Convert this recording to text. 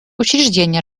учреждение